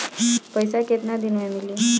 पैसा केतना दिन में मिली?